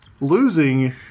losing